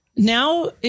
Now